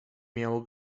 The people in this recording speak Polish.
miało